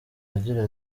agira